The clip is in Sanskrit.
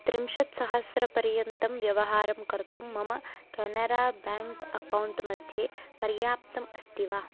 त्रिंशत्सहस्रपर्यन्तं व्यवहारं कर्तुं मम केनरा ब्याङ्क् अक्कौण्ट् मध्ये पर्याप्तम् अस्ति वा